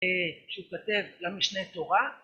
כשהוא כותב למשנה תורה